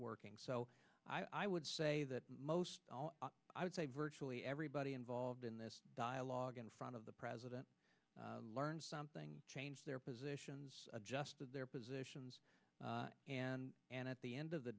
working so i would say that most i would say virtually everybody involved in this dialogue in front of the president learned something changed their positions adjusted their positions and and at the end of the